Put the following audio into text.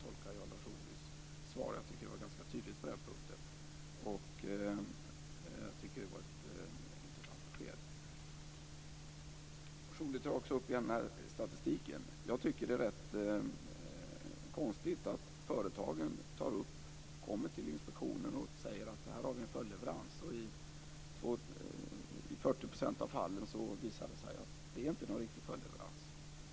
Jag tycker att han var ganska tydlig på den punkten och att det var ett intressant besked. Lars Ohly tar återigen upp statistiken. Jag tycker att det är rätt konstigt att företagen kommer till Inspektionen och säger att de har en följdleverans, eftersom det i 40 % av fallen visar sig att det inte är någon riktig följdleverans.